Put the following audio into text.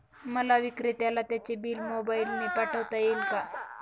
मला विक्रेत्याला त्याचे बिल मोबाईलने पाठवता येईल का?